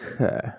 Okay